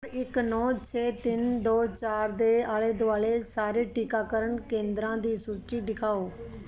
ਇੱਕ ਨੌਂ ਛੇ ਤਿੰਨ ਦੋ ਚਾਰ ਦੇ ਆਲੇ ਦੁਆਲੇ ਸਾਰੇ ਟੀਕਾਕਰਨ ਕੇਂਦਰਾਂ ਦੀ ਸੂਚੀ ਦਿਖਾਓ